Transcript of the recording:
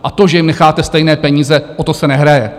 A to, že jim necháte stejné peníze, o to se nehraje.